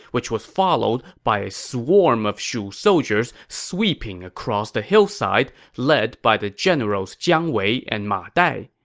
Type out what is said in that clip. which was followed by a swarm of shu soldiers sweeping across the hillside, led by the generals jiang wei and ma dai.